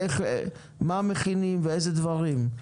מה מכינים ואיזה דברים.